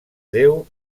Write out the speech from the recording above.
déu